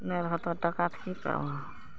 नहि रहतऽ टका तऽ की करबहऽ